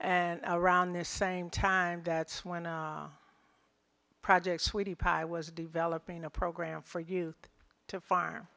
and around the same time that's when the projects sweetie pie was developing a program for you to farm